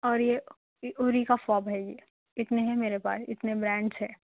اور یہ یوریکافاب ہے یہ اتنے ہیں میرے پاس اتنے برانڈ ہے